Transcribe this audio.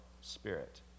spirit